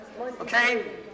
Okay